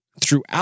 Throughout